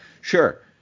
sure